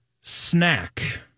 snack